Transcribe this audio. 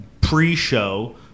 pre-show